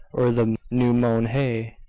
or the new mown hay.